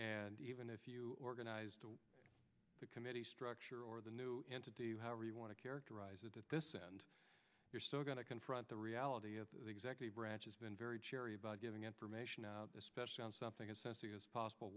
and even if you organize the committee structure or the new entity however you want to characterize it that you're still going to confront the reality of the executive branch has been very cherry about getting information out the special on something assessing as possible